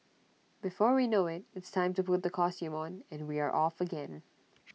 before we know IT it's time to put the costume on and we are off again